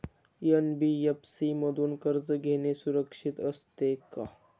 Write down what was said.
NBFC मधून कर्ज घेणे सुरक्षित असते का?